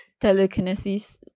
telekinesis